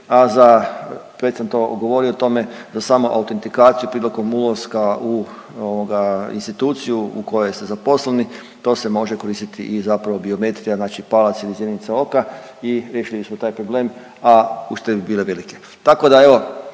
a za već sam to govorio o tome, za samu autentikaciju prilikom ulaska u ovoga instituciju u kojoj ste zaposleni to se može koristiti i zapravo biometrija, znači palac ili zjenica oka i riješili smo taj problem, a uštede bi bile velike. Tako da evo